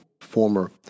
former